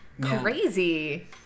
Crazy